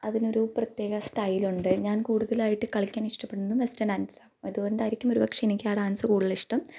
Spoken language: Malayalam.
അതിനൊരു പ്രത്യേക സ്റ്റയിൽ ഉണ്ട് ഞാൻ കൂടുതലായിട്ട് കളിയ്ക്കാൻ ഇഷ്ടപ്പെടുന്നതും വെസ്റ്റേൺ ഡാൻസാണ് അതുകൊണ്ടായിരിക്കും ഒരുപക്ഷേ എനിക്ക് ആ ഡാൻസ് കൂടുതൽ ഇഷ്ടം